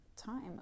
time